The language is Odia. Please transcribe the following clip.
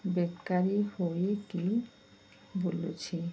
ବେକାରୀ ହୋଇକି ବୁଲୁଛି